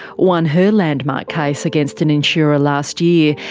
won her landmark case against an insurer last year,